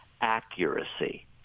accuracy